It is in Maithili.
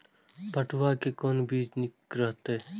पटुआ के कोन बीज निक रहैत?